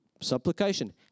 supplication